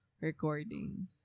recording